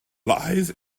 lies